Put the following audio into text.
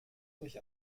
durch